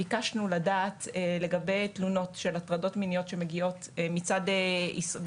ביקשנו לדעת לגבי תלונות של הטרדות מיניות שמגיעות בהעסקה